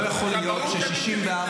לא יכול להיות ש-64,